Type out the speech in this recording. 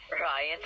Ryan